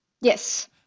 Yes